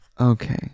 Okay